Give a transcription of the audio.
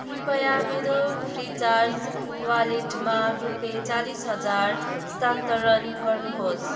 कृपया मेरो फ्रिचार्ज वालेटमा रुपियाँ चालिस हजार स्थानान्तरण गर्नुहोस्